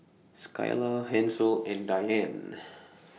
Skyla Hansel and Diane